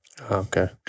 Okay